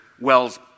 Wells